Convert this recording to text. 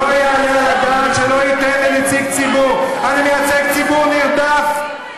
אתה אומנם לא מייצג את הציבור החרדי בארץ,